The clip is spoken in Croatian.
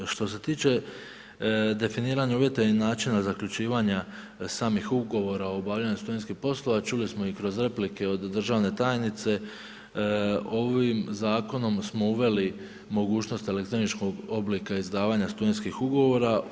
Što se tiče definiranja uvjeta i načina zaključivanja samih ugovora o obavljanju studentskih poslova čuli smo i kroz replike od državne tajnice ovim zakonom smo uveli mogućnost elektroničkog oblika izdavanja studentskih ugovora.